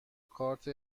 کارت